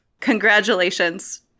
Congratulations